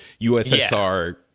USSR